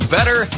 Better